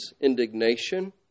indignation